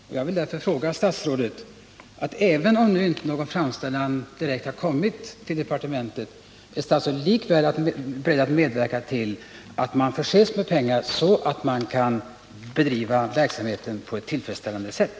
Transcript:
Även om det nu inte kommit någon direkt framställan till departementet vill jag fråga statsrådet, om statsrådet likväl är beredd att medverka till att medel ställs till förfogande, så att verksamheten kan bedrivas på ett tillfredsställande sätt.